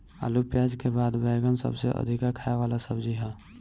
आलू पियाज के बाद बैगन सबसे अधिका खाए वाला सब्जी हअ